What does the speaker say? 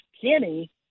Kenny